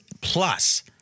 plus